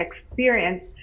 experience